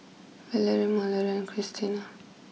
Valery Mallorie Christena